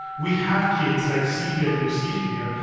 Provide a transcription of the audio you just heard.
we have kids like sylvia that you see here,